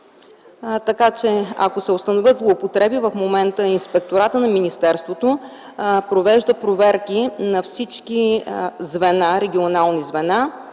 Ако се установят злоупотреби, в момента Инспектората на министерството провежда проверки на всички регионални звена